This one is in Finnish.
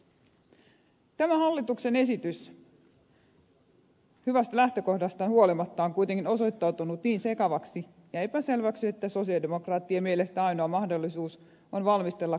tämä hallituksen esitys hyvästä lähtökohdastaan huolimatta on kuitenkin osoittautunut niin sekavaksi ja epäselväksi että sosialidemokraattien mielestä ainoa mahdollisuus on valmistella koko laki uudelleen